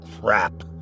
crap